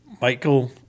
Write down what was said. Michael